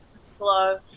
slow